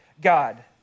God